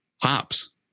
hops